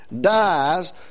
dies